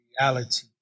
reality